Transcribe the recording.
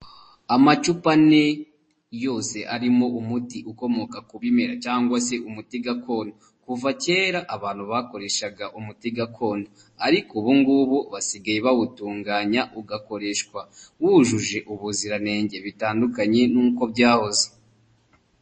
Amacupa ane yose arimo umuti ukomoka ku bimera cyangwa se umuti gakondo. Kuva kera abantu bakoreshaga umuti gakondo ariko ubu ngubu basigaye bawutunganya ugakoreshwa wujuje ubuziranenge bitandukanye n'uko byahoze.